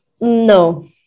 no